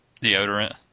deodorant